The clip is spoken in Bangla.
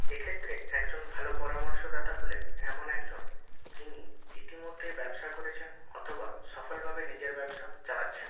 এক্ষেত্রে একজন ভালো পরামর্শদাতা হলেন এমন একজন যিনি ইতিমধ্যেই ব্যবসা করেছেন অথবা সফলভাবে নিজের ব্যবসা চালাচ্ছেন